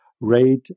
rate